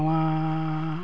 ᱱᱚᱣᱟᱻ